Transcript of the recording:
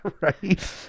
Right